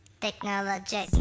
Technology